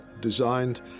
designed